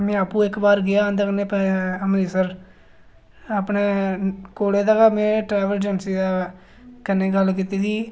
में आपूं इक बार गेआ इं'दे कन्नै अमृतसर ते अपने कोलै दा गै में ट्रैवल एजेंसी कन्नै गल्ल कीती दी ही